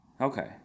Okay